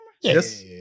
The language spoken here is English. Yes